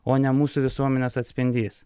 o ne mūsų visuomenės atspindys